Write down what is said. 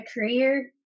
career